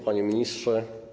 Panie Ministrze!